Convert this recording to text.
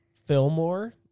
Fillmore